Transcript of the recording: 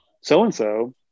so-and-so